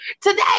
today